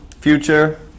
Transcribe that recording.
future